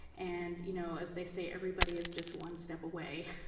and you know as they say, everybody is just one step away.